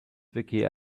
vicky